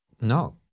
No